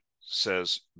says